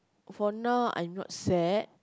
for now I'm not sad